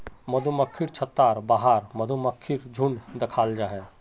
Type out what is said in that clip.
मधुमक्खिर छत्तार बाहर मधुमक्खीर झुण्ड दखाल जाहा